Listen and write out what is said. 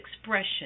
expression